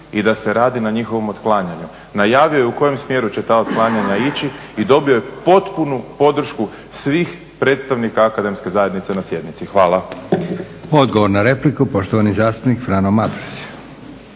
i da se radi na njihovom otklanjanju. Najavio je u kojem smjeru će ta otklanjanja ići i dobio je potpunu podršku svih predstavnika akademske zajednice na sjednici. Hvala. **Leko, Josip (SDP)** Odgovor na repliku, poštovani zastupnik Frano Matušić.